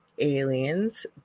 aliens